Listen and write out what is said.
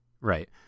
Right